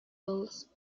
bolts